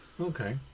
okay